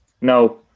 No